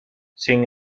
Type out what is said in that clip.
sin